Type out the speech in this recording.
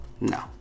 No